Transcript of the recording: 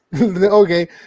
okay